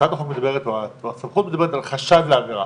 הצעת החוק מדברת או הסמכות מדברת על חשד לעבירה,